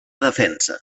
defensa